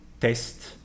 test